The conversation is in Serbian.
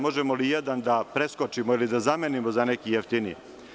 Možemo li jedan da preskočimo ili da zamenimo za neki jeftiniji.